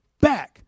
back